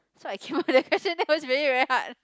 so I kill that question that one was really very hard